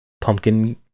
pumpkin